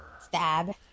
stab